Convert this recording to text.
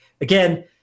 Again